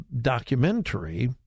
documentary